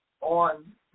on